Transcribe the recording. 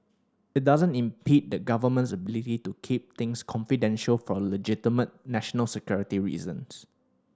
it doesn't impede the Government's ability to keep things confidential for legitimate national security reasons